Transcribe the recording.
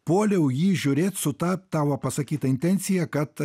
puoliau jį žiūrėt su ta tavo pasakyta intencija kad